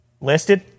listed